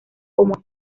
como